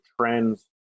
trends